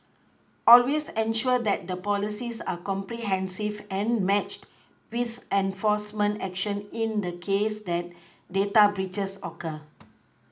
always ensure that the policies are comprehensive and matched with enforcement action in the case that data breaches occur